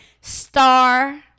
star